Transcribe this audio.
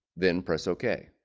then press ok